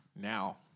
now